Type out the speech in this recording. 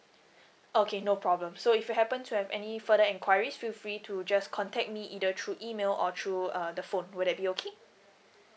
okay no problem so if you happen to have any further enquiries feel free to just contact me either through email or through uh the phone will that be okay